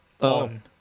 on